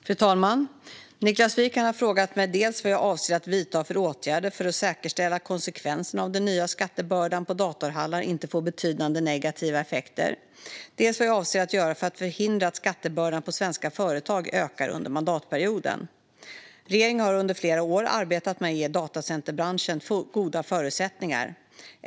Fru talman! Niklas Wykman har frågat mig dels vad jag avser att vidta för åtgärder för att säkerställa att konsekvenserna av den nya skattebördan på datorhallar inte får betydande negativa effekter, dels vad jag avser att göra för att förhindra att skattebördan på svenska företag ökar under mandatperioden. Regeringen har under flera år arbetat med att ge datacenterbranschen goda förutsättningar.